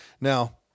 Now